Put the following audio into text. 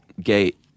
gate